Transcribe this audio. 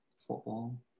football